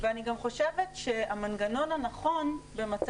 שהוא הכתובת לכל טווח הפגיעות בקטינים במרחב